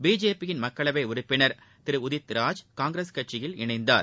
பிஜேபியின் மக்களவை உறுப்பினர் உதித் ராஜ் காங்கிரஸ் கட்சியில் இணைந்தார்